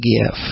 give